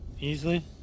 easily